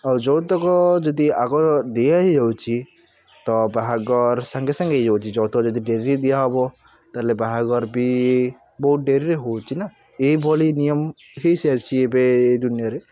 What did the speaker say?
ଆଉ ଯୌତୁକ ଯଦି ଆଗ ଦିଆହୋଇଯାଉଛି ତ ବାହାଘର ସାଙ୍ଗେ ସାଙ୍ଗେ ହୋଇଯାଉଛି ଯୌତୁକ ଯଦି ଡେରିରେ ଦିଆ ହେବ ତା'ହେଲେ ବାହାଘର ବି ବହୁତ ଡେରିରେ ହେଉଛି ନା ଏହିଭଳି ନିୟମ ହୋଇସାରିଛି ଏବେ ଏହି ଦୁନିଆରେ